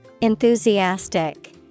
Enthusiastic